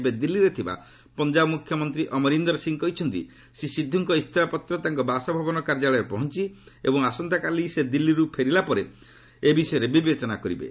ଏବେ ଦିଲ୍ଲୀରେ ଥିବା ପଞ୍ଜାବ ମ୍ରଖ୍ୟମନ୍ତ୍ରୀ ଅମରିନ୍ଦର ସିଂହ କହିଛନ୍ତି ଶ୍ରୀ ସିଦ୍ଧର୍କ ଇସଫାପତ୍ର ତାଙ୍କ ବାସଭବନ କାର୍ଯ୍ୟାଳୟରେ ପହଞ୍ଚିଛି ଏବଂ ଆସନ୍ତାକାଲି ସେ ଦିଲ୍ଲୀର୍ ଫେରିଲା ପରେ ଏ ବିଷୟରେ ବିବେଚନା କରିବେ